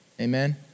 Amen